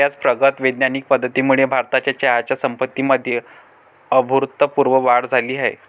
बर्याच प्रगत वैज्ञानिक पद्धतींमुळे भारताच्या चहाच्या संपत्तीमध्ये अभूतपूर्व वाढ झाली आहे